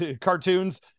cartoons